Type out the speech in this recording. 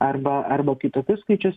arba arba kitokius skaičius